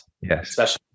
Yes